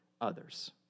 Others